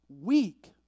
weak